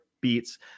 beats